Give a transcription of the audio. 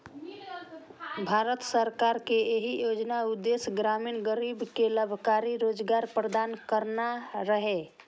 भारत सरकार के एहि योजनाक उद्देश्य ग्रामीण गरीब कें लाभकारी रोजगार प्रदान करना रहै